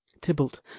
tybalt